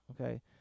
okay